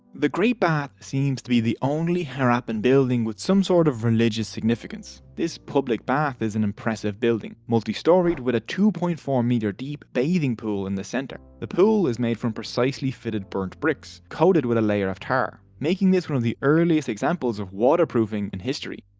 the great bath seems to be the only harappan building with some sort of religious significance. this public bath is an impressive building, multistoried with a two point four m deep bathing pool in the centre. the pool is made from precisely fitted burnt bricks coated with a layer of tar. making this one of the earliest examples of waterproofing in history.